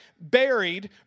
buried